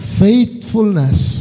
faithfulness